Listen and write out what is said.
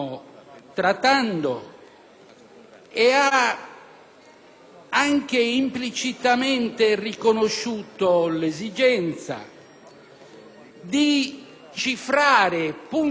anche implicitamente riconosciuto l'esigenza di cifrare puntualmente le singole norme,